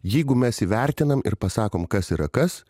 jeigu mes įvertinam ir pasakom kas yra kas